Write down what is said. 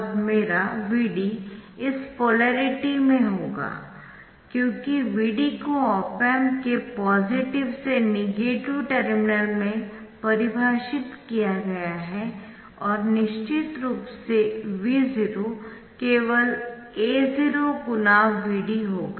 अब मेरा Vd इस पोलेरिटी में होगा क्योंकि Vd को ऑप एम्प के पॉजिटिव से नेगेटिव टर्मिनल में परिभाषित किया गया है और निश्चित रूप से V0 केवल A0×Vd होगा